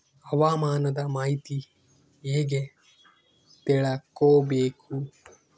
ಹವಾಮಾನದ ಮಾಹಿತಿ ಹೇಗೆ ತಿಳಕೊಬೇಕು?